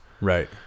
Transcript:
Right